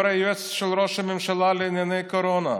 הוא היועץ של ראש הממשלה לענייני קורונה.